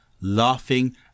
laughing